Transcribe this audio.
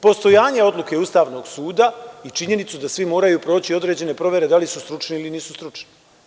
Postojanje odluke Ustavnog suda i činjenica da svi moraju proći određene provere da li su stručni ili nisu stručni.